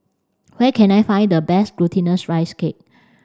where can I find the best glutinous rice cake